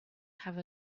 have